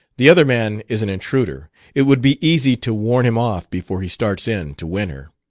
the other man is an intruder it would be easy to warn him off before he starts in to win her.